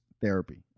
therapy